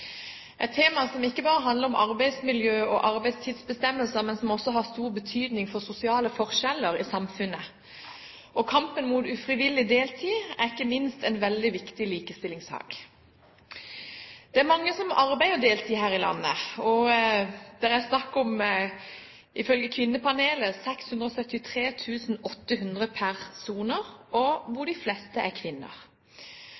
et tema som ikke bare handler om arbeidsmiljø og arbeidstidsbestemmelser, men som også har stor betydning for sosiale forskjeller i samfunnet. Og kampen mot ufrivillig deltid er ikke minst en veldig viktig likestillingssak. Det er mange som arbeider deltid her i landet – ifølge Kvinnepanelet er det snakk om